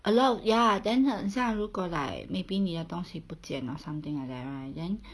a lot ya then 很像如果 like maybe 你的东西不见 or something like that right then